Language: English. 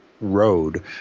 Road